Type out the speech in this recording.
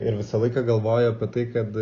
ir visą laiką galvoju apie tai kad